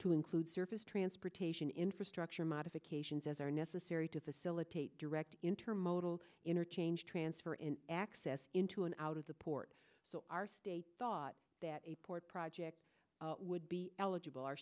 to include surface transportation infrastructure modifications as are necessary to facilitate direct intermodal interchange transfer in access into and out of the port so our state thought that a port project would be eligible our